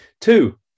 Two